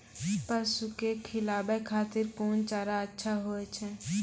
पसु के खिलाबै खातिर कोन चारा अच्छा होय छै?